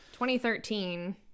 2013